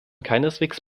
keineswegs